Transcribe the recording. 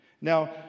Now